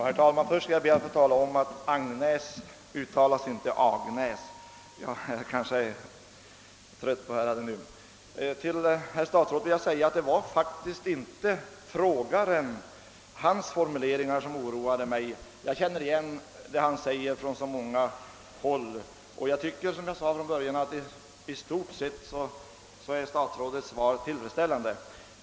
Herr talman! Först skall jag be att få tala om att Agnäs uttalas angnäs — jag är trött på att höra det uttalas felaktigt. Det var faktiskt inte frågeställarens formuleringar som oroade mig; jag har hört liknande formuleringar på många håll. I stort sett tycker jag också att statsrådets svar är tillfredsställande.